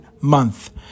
month